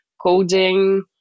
coding